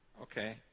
Okay